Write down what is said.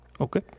Okay